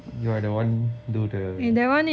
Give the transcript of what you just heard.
you are the one do the